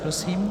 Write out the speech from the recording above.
Prosím.